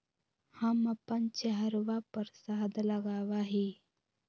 हम अपन चेहरवा पर शहद लगावा ही